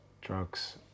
drugs